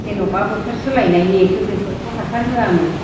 जेन'बा बोथोर सोलायनायनि गोदोफोरथ' हासार होआमोन